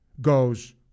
goes